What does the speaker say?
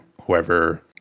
whoever